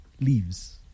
leaves